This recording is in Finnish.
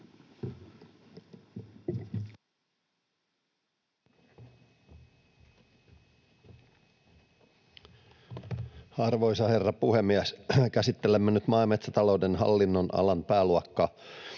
Arvoisa herra puhemies! Käsittelemme nyt maa- ja metsäta-louden alaa, ja